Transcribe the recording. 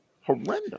Horrendous